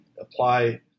apply